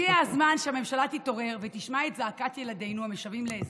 הגיע הזמן שהממשלה תתעורר ותשמע את זעקת ילדינו המשוועים לעזרה.